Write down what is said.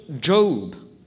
Job